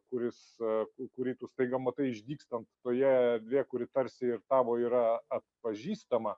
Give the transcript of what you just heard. kuris kurį tu staiga matai išdygstant toje erdvėje kuri tarsi ir tavo yra atpažįstama